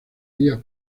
días